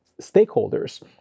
stakeholders